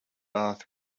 bath